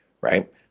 right